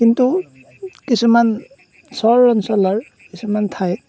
কিন্তু কিছুমান চৰ অঞ্চলৰ কিছুমান ঠাই